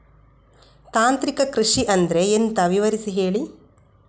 ತಾಂತ್ರಿಕ ಕೃಷಿ ಅಂದ್ರೆ ಎಂತ ವಿವರಿಸಿ ಹೇಳಿ